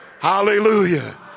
Hallelujah